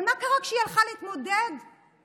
אבל מה קרה שהיא הלכה להתמודד בהסתדרות?